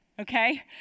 okay